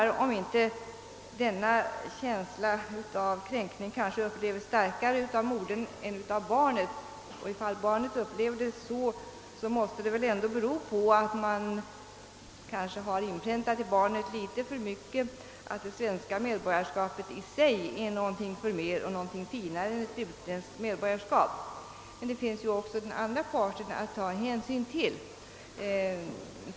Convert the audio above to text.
Denna känsla kanske upplevs starkare av modern än av barnet, och om barnet upplever sin situation på detta sätt så måste väl detta bero på att man inpräntat i barnet att det svenska medborgarskapet i och för sig är något förmer och någonting finare än dess utländska medborgarskap. Men man har även att ta hänsyn till den andra parten.